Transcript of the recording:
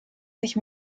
sich